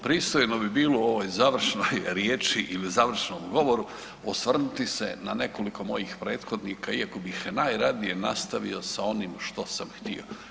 Pristojno bi bilo u ovoj završnoj riječi ili u završnom govoru osvrnuti se na nekoliko mojih prethodnika iako bih najradije nastavio s onim što sam htio.